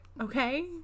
Okay